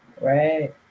Right